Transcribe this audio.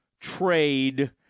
trade